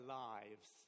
lives